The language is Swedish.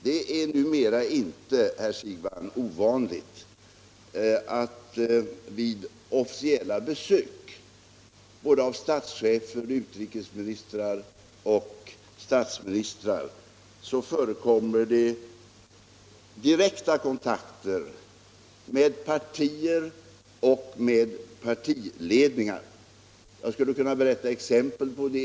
Det är numera inte ovanligt, herr Siegbahn, att det vid officiella besök både av statschefer och utrikesministrar och av statsministrar förekommer direkta kontakter med partier och med partiledningar. Jag skulle kunna anföra exempel på det.